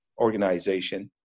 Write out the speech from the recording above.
organization